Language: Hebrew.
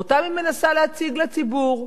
ואותם היא מנסה להציג לציבור?